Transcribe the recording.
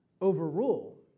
overrule